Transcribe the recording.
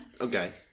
Okay